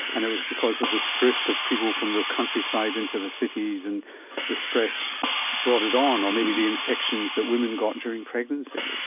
and it was because of this drift of people from the countryside into the cities and the stress brought it on, or maybe the infections that women got during pregnancy.